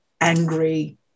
angry